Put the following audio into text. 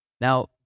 Now